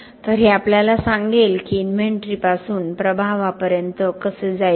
तर हे आपल्याला सांगेल की इन्व्हेंटरीपासून प्रभावांपर्यंत कसे जायचे